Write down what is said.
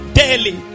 daily